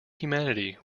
humanity